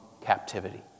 captivity